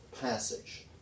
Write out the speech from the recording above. passage